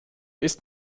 ist